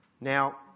Now